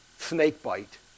Snakebite